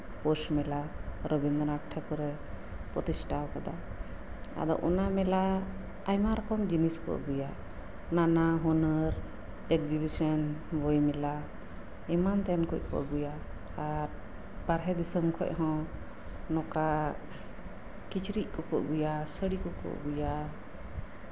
ᱯᱳᱥ ᱢᱮᱞᱟ ᱨᱚᱵᱤᱱᱫᱽᱨᱚᱱᱟᱛᱷ ᱴᱷᱟᱹᱠᱩᱨ ᱮ ᱯᱨᱚᱛᱤᱥᱴᱷᱟ ᱠᱟᱫᱟ ᱟᱫᱚ ᱚᱱᱟ ᱢᱮᱞᱟ ᱟᱭᱢᱟ ᱨᱚᱠᱚᱢ ᱡᱤᱱᱤᱥ ᱠᱚ ᱟᱹᱜᱩᱭᱟ ᱱᱟᱱᱟ ᱦᱩᱱᱟᱹᱨ ᱮᱠᱡᱤᱵᱷᱤᱥᱮᱱ ᱵᱳᱭ ᱢᱮᱞᱟ ᱟᱭᱢᱟᱛᱮᱱ ᱠᱚᱡ ᱠᱚ ᱟᱹᱜᱩᱭᱟ ᱵᱟᱦᱨᱮ ᱫᱤᱥᱚᱢ ᱠᱷᱚᱱ ᱦᱚᱸ ᱱᱚᱝᱠᱟ ᱠᱤᱪᱨᱤᱪ ᱠᱚᱠᱚ ᱟᱹᱜᱩᱭᱟ ᱥᱟᱹᱲᱤ ᱠᱚᱠᱚ ᱟᱹᱜᱩᱭᱟ